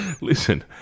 Listen